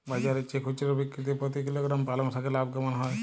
বাজারের চেয়ে খুচরো বিক্রিতে প্রতি কিলোগ্রাম পালং শাকে লাভ কেমন হয়?